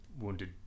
wounded